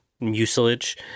mucilage